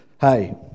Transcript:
hey